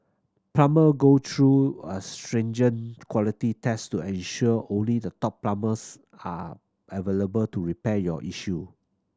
plumber go through a stringent quality test to ensure only the top plumbers are available to repair your issue